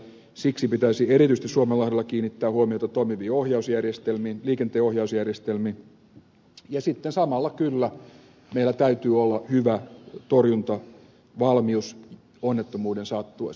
siksi pitäisi erityisesti suomenlahdella kiinnittää huomiota toimiviin liikenteenohjausjärjestelmiin ja sitten kyllä meillä samalla täytyy olla hyvä torjuntavalmius onnettomuuden sattuessa